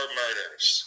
murders